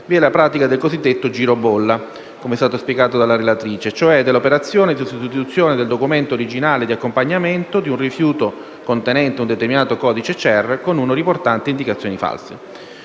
vi è la pratica del cosiddetto giro bolla, cioè dell'operazione di sostituzione del documento originale di accompagnamento di un rifiuto contenente un determinato codice CER, con uno riportante indicazioni false.